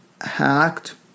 hacked